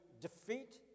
defeat